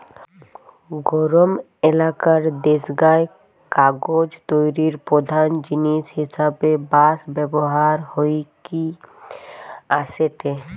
গরম এলাকার দেশগায় কাগজ তৈরির প্রধান জিনিস হিসাবে বাঁশ ব্যবহার হইকি আসেটে